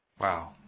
Wow